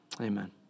amen